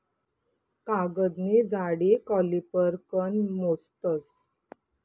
कागदनी जाडी कॉलिपर कन मोजतस